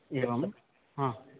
एवं हा